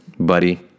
Buddy